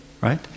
right